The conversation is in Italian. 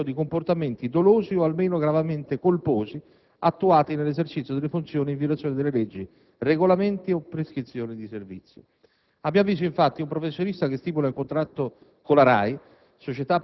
per effetto di comportamenti dolosi, o almeno gravemente colposi, attuati nell'esercizio delle funzioni e in violazione di leggi, regolamenti o prescrizioni di servizio. A mio avviso, infatti, un professionista che stipula un contratto con la RAI